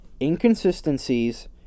inconsistencies